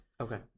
Okay